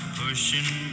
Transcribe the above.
pushing